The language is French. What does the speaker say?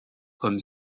comme